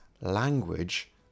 language